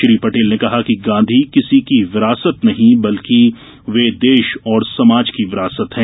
श्री पटेल ने कहा कि गांधी किसी की विरासत नहीं बल्कि वे देश और समाज की विरासत हैं